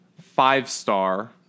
five-star